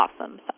awesome